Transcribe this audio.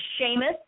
Seamus